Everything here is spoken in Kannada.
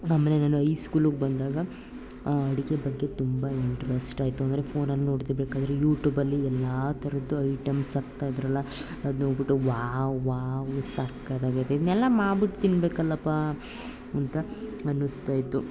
ಆಮೇಲೆ ನಾನು ಐಸ್ಕೂಲಗೆ ಬಂದಾಗ ಆ ಅಡುಗೆ ಬಗ್ಗೆ ತುಂಬ ಇಂಟ್ರಸ್ಟ್ ಆಯಿತು ಅಂದರೆ ಫೋನಲ್ಲ ನೋಡ್ತಿರಬೇಕಾದ್ರೆ ಯೂಟ್ಯೂಬಲ್ಲಿ ಎಲ್ಲ ಥರದ್ದು ಐಟಮ್ಸ್ ಹಾಕ್ತಾಯಿದ್ರಲ್ಲ ಅದು ನೋಡಿಬಿಟ್ಟು ವಾವ್ ವಾವ್ ಎಷ್ಟು ಸಕ್ಕತ್ತಾಗೈತೆ ಇದನ್ನೆಲ್ಲ ಮಾಡ್ಬಿಟ್ಟು ತಿನ್ನಬೇಕಲ್ಲಪ್ಪ ಅಂತ ಅನ್ನಿಸ್ತಾ ಇತ್ತು